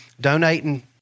donating